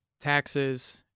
taxes